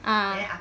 a'ah